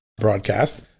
broadcast